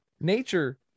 nature